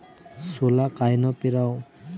सोला कायनं पेराव?